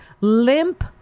limp